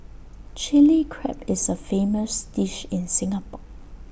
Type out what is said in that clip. Chilli Crab is A famous dish in Singapore